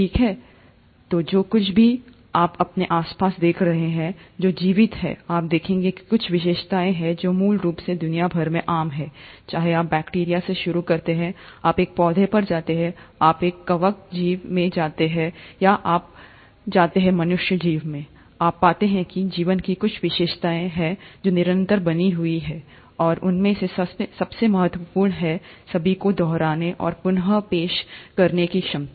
ठीक है जो कुछ भी आप अपने आसपास देख रहे हैं जो जीवित है आप देखेंगे कि कुछ विशेषताएं हैं जो मूल रूप से दुनिया भर में आम हैं चाहे आप बैक्टीरिया से शुरू करते हैं आप एक पौधे पर जाते हैं आप एक कवक जीव में जाते हैं या आप जाते हैं मनुष्य जीव में आप पाते हैं कि जीवन की कुछ विशेषताएं हैं जो निरंतर बनी हुई हैं और उनमें से सबसे महत्वपूर्ण है सभी को दोहराने और पुन पेश करने की क्षमता